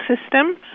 system